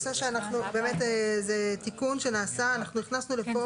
זה תיקון שנעשה, שאנחנו הכנסנו לפה.